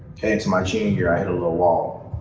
head into my junior year i hit a little wall,